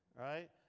Right